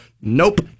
Nope